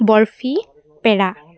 barfi পেৰা